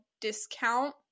discount